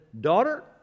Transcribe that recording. daughter